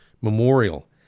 memorial